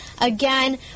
Again